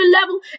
level